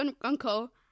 uncle